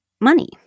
money